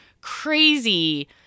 crazy